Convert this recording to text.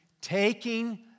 taking